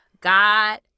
God